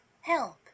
help